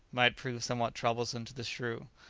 might prove somewhat troublesome to the shrew.